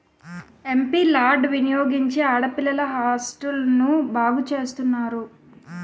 MP లార్డ్ వినియోగించి ఆడపిల్లల హాస్టల్ను బాగు చేస్తున్నారు